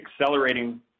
accelerating